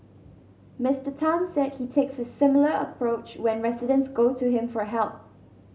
Mister Tan said he takes a similar approach when residents go to him for help